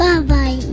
Bye-bye